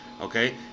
okay